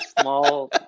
Small